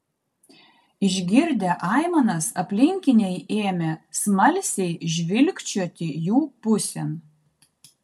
išgirdę aimanas aplinkiniai ėmė smalsiai žvilgčioti jų pusėn